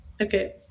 Okay